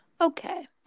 Okay